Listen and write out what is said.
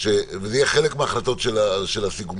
וזה יהיה חלק מההחלטות של הסיכום,